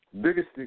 Biggest